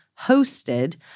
hosted